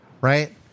right